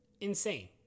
Insane